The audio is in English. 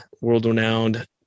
world-renowned